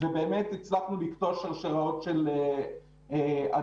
ובאמת הצלחנו לקטוע שרשראות של הדבקה.